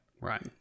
Right